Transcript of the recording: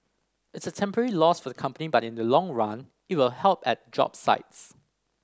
it's a temporary loss for the company but in the long run it will help at job sites